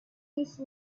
these